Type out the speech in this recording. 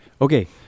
Okay